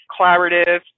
collaborative